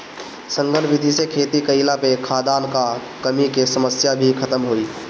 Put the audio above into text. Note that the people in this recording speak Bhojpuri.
सघन विधि से खेती कईला पे खाद्यान कअ कमी के समस्या भी खतम होई